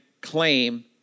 claim